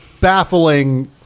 baffling